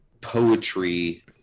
poetry